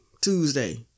Tuesday